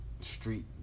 street